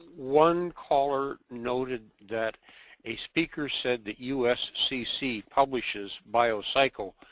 one caller noted that a speaker said the uscc publishes biocycle.